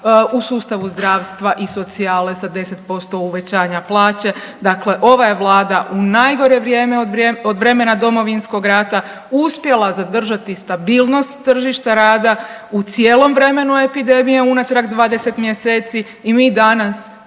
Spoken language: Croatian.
u sustavu zdravstva i socijale sa 10% uvećanja plaće. Dakle, ova je Vlada u najgore vrijeme od vremena Domovinskog rata uspjela zadržati stabilnost tržišta rada u cijelom vremenu epidemije unatrag 20 mjeseci i mi danas